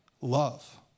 love